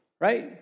right